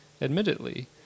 Admittedly